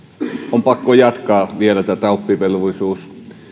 on pakko jatkaa vielä tätä oppivelvollisuuden